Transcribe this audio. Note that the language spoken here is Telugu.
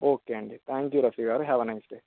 ఓకే అండి థాంక్ యూ రఫీ గారు హ్యావ్ ఏ నైస్ డే